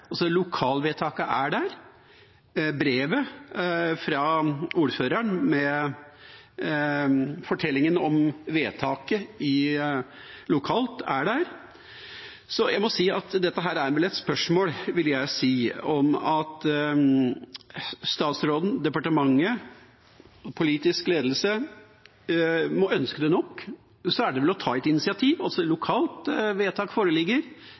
er der, brevet fra ordføreren, med fortellingen om vedtaket lokalt, er der. Dette er vel et spørsmål om at statsråden, departementet og politisk ledelse må ønske det nok, og så er det å ta et initiativ, for lokalt vedtak foreligger,